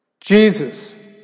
Jesus